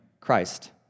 Christ